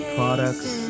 products